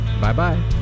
Bye-bye